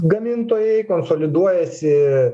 gamintojai konsoliduojasi